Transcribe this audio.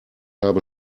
habe